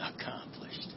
accomplished